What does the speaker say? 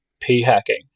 p-hacking